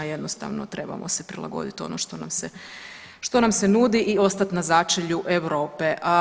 Jednostavno trebamo se prilagoditi ono što nam se nudi i ostati na začelju Europe.